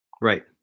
right